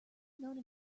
known